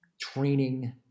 training